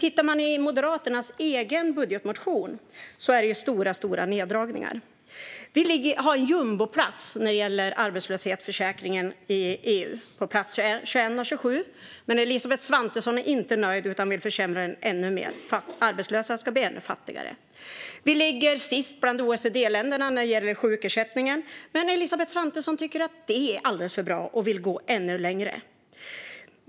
I Moderaternas egen budgetmotion är det stora neddragningar. Vi har en jumboplats när det gäller arbetslöshetsförsäkringen i EU, plats 21 av 27, men Elisabeth Svantesson är inte nöjd utan vill försämra den ännu mer. Arbetslösa ska bli ännu fattigare. Vi ligger sist bland OECD-länderna när det gäller sjukersättningen, men Elisabeth Svantesson tycker att det är alldeles för bra och vill gå ännu längre.